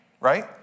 right